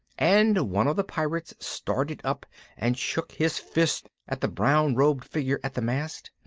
and one of the pirates started up and shook his fist at the brown-robed figure at the mast.